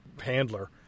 handler